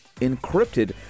encrypted